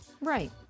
Right